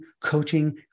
coaching